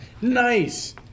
Nice